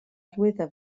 arwyddo